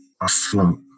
afloat